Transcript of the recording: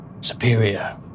superior